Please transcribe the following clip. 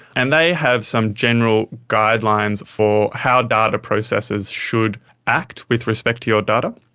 and they have some general guidelines for how data processes should act with respect to your data.